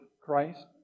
Christ